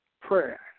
prayer